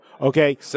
Okay